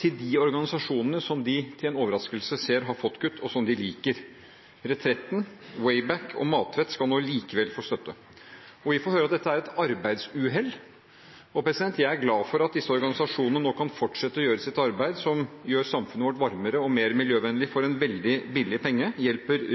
til de organisasjonene som de til sin overraskelse ser har fått kutt, og som de liker. Retretten, Wayback og Matvett skal nå likevel få støtte. Vi får høre at dette er et arbeidsuhell. Jeg er glad for at disse organisasjonene nå kan fortsette å gjøre sitt arbeid, som gjør samfunnet vårt varmere og mer miljøvennlig for en veldig billig penge, hjelper